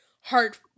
heart